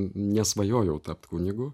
nesvajojau tapt kunigu